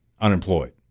unemployed